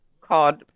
called